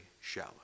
shallow